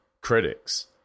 critics